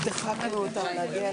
נציגי הממשלה, נא לשבת.